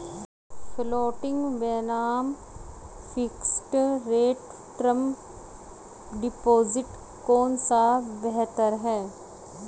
Floating बनाम fixed rate term deposit कौन सा बेहतर है?